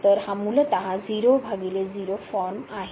तर हा मूलतः 00 फॉर्म आहे